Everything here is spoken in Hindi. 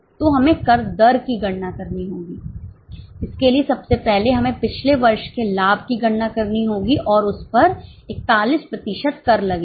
तो हमें कर दर की गणना करनी होगी इसके लिए सबसे पहले हमें पिछले वर्ष के लाभ की गणना करनी होगी और उस पर 41 प्रतिशत कर लगेगा